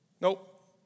Nope